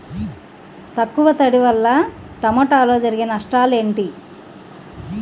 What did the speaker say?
తక్కువ తడి వల్ల టమోటాలో జరిగే నష్టాలేంటి?